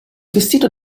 vestito